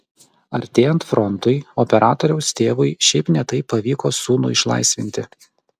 artėjant frontui operatoriaus tėvui šiaip ne taip pavyko sūnų išlaisvinti